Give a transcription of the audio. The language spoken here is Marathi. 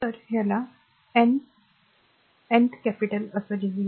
तर त्यास चांगले भांडवल द्या जे चांगले होईल त्यास राजधानी राजधानी बनवा